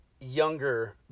younger